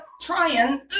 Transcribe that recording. trying